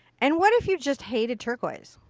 and what if you just hated turquoise.